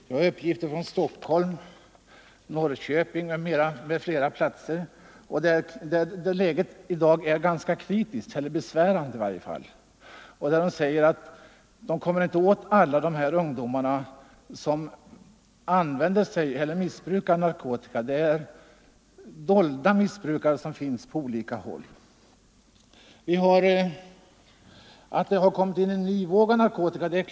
Jag har också uppgifter från Stockholm, Norrköping och andra platser, där läget i dag är ganska kritiskt — eller i varje fall besvärande — och där man säger att man inte kommer åt alla ungdomar som missbrukar narkotika. Det finns dolda missbrukare på olika platser. Klart är också att det har kommit in en ny våg av narkotika.